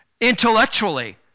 intellectually